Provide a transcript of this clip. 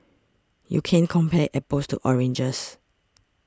you can't compare apples to oranges